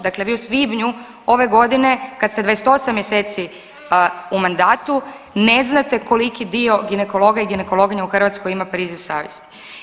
Dakle, vi u svibnju ove godine kada ste 28 mjeseci u mandatu ne znate koliki dio ginekologa i ginekologinja u Hrvatskoj ima priziv savjesti.